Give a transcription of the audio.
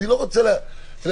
אני לא רוצה להכריח.